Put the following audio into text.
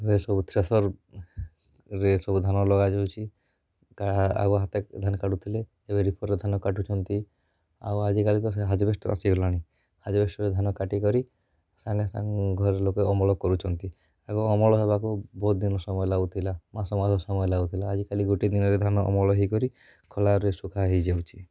ଏବେ ସବୁ ଥ୍ରେସରରେ ସବୁ ଧାନ ଲଗାଯାଉଛି କାହା ଆଉ ହାତରେ ଧାନ କାଟୁଥିଲେ ଏବେ ରୋଟରରେ ଧାନ କାଟୁଛନ୍ତି ଆଉ ଆଜିକାଲି ତ ସେ ହାଜବେଷ୍ଟର ଆସିଗଲାଣି ହାଜବେଷ୍ଟରେ ଧାନ କାଟିକରି ସାଙ୍ଗେ ସାଙ୍ଗେ ଘର ଲୋକେ ଅମଳ କରୁଛନ୍ତି ଆଗ ଅମଳ ହବାକୁ ବହୁତ ଦିନ ସମୟ ଲାଗୁଥିଲା ମାସ ମାସ ସମୟ ଲାଗୁଥିଲା ଆଜିକାଲି ଗୋଟେ ଦିନରେ ଧାନ ଅମଳ ହେଇକରି ଖଳାରେ ସୁଖା ହେଇଯାଉଛି